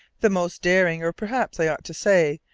the most daring, or, perhaps i ought to say,